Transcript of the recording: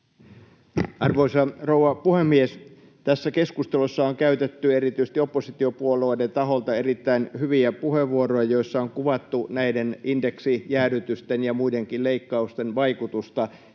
Arvoisa rouva puhemies! Tässä keskustelussa on käytetty erityisesti oppositiopuolueiden taholta erittäin hyviä puheenvuoroja, joissa on kuvattu näiden indeksijäädytysten ja muidenkin leikkausten vaikutusta